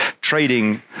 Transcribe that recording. trading